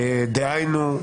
דהיינו,